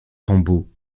tombeau